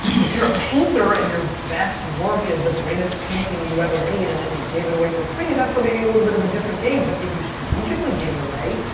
if you're a painter, and your best work is the greatest painting you ever made, and then you gave it away for free, that's so maybe a little bit of a different game. but if you strategically gave it away,